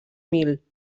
mil